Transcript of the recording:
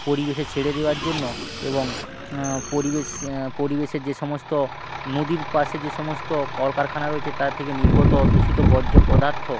পরিবেশে ছেড়ে দেওয়ার জন্য এবং পরিবেশ পরিবেশে যে সমস্ত নদীর পাশে যে সমস্ত কলকারখানা রয়েছে তা থেকে নির্গত দূষিত বর্জ্য পদার্থ